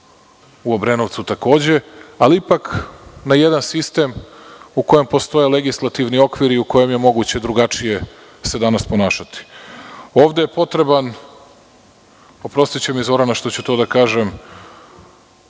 u Obrenovcu takođe, ali ipak na jedan sistem u kojem postoje legislativni okviri u kojem je moguće danas se drugačije ponašati. Ovde je potreban, oprostiće mi Zorana što ću to da kažem,